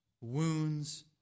wounds